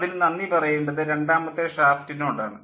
അതിന് നന്ദി പറയേണ്ടത് രണ്ടാമത്തെ ഷാഫ്റ്റിനോട് ആണ്